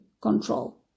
control